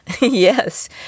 Yes